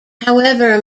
however